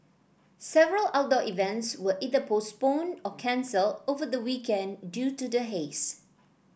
several outdoor events were either postponed or cancelled over the weekend due to the haze